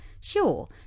Sure